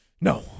No